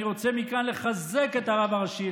אני רוצה מכאן לחזק את הרב הראשי,